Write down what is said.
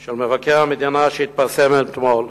מדוח מבקר המדינה שהתפרסם אתמול: